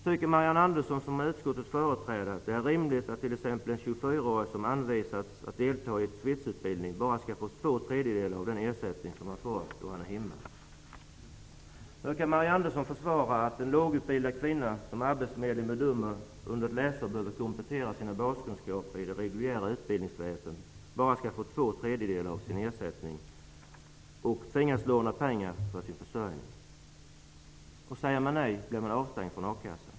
Tycker Marianne Andersson såsom utskottets företrädare att det är rimligt att t.ex. en 24-åring som anvisas att delta i en svetsutbildning skall få bara två tredjdelar av den ersättning som han får då han är hemma? Hur kan Marianne Andersson försvara att en lågutbildad kvinna, som arbetsförmedlingen bedömer behöver komplettera sina baskunskaper under ett läsår i det reguljära utbildningsväsendet, skall få bara två tredjedelar av sin arbetslöshetsersättning och tvingas låna pengar till sin försörjning? Säger man nej, blir man avstängd från a-kassan.